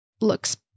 looks